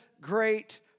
great